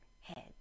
head